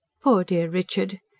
poor dear richard!